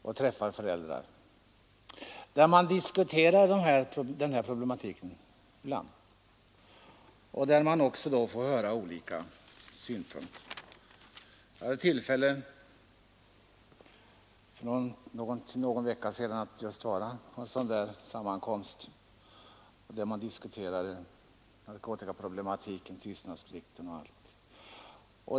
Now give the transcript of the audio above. Där diskuterar föräldrarna ibland den här problematiken, och man kan där få höra deras synpunkter. Jag hade för någon vecka sedan tillfälle att besöka en sådan sammankomst där man diskuterade narkotikaproblem, tystnadsplikten etc.